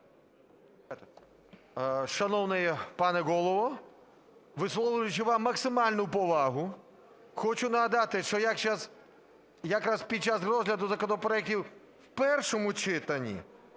Шановний пане Голово, висловлюючи вам максимальну повагу, хочу нагадати, що якраз під час розгляду законопроектів в першому читанні